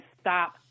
stop